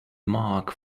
mark